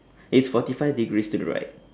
it's forty five degrees to the right